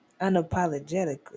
Unapologetically